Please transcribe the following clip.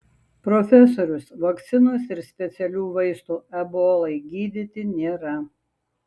profesorius vakcinos ir specialių vaistų ebolai gydyti nėra